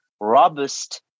robust